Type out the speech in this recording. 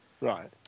Right